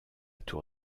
tour